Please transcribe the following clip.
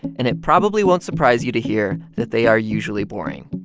and it probably won't surprise you to hear that they are usually boring.